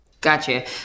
Gotcha